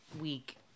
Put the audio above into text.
week